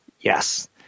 Yes